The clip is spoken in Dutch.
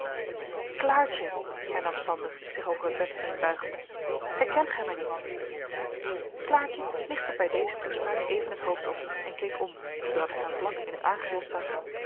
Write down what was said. klaartje hernam sander zich over het bed heenbuigende herkent gij mij niet klaartje lichtte bij deze toespraak even het hoofd op en keek om zoodat ik haar vlak in het aangezicht zag